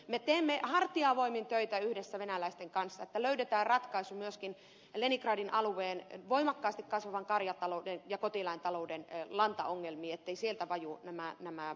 me teemme hartiavoimin töitä yhdessä venäläisten kanssa että löydetään ratkaisu myöskin leningradin alueen voimakkaasti kasvavan karjatalouden ja kotieläintalouden lantaongelmiin etteivät sieltä valu ravinteet itämereen